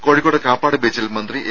കോഴിക്കോട് കാപ്പാട് ബീച്ചിൽ മന്ത്രി എ